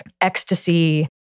ecstasy